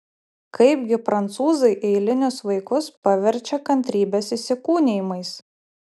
kaipgi prancūzai eilinius vaikus paverčia kantrybės įsikūnijimais